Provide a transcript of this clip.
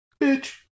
Bitch